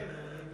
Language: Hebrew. כן, אני